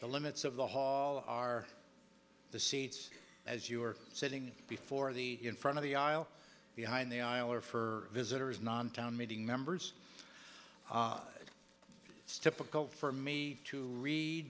the limits of the hall are the seats as you were sitting before the in front of the aisle behind the aisle or for visitors non town meeting members it's typical for me to read